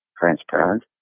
transparent